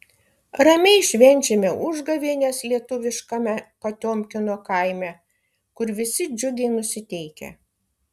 ramiai švenčiame užgavėnes lietuviškame potiomkino kaime kur visi džiugiai nusiteikę